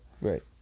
Right